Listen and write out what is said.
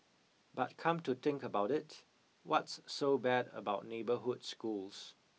but come to think about it what's so bad about neighbourhood schools